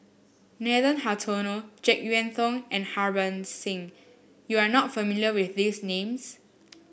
Nathan Hartono JeK Yeun Thong and Harbans Singh you are not familiar with these names